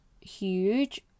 huge